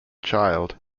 child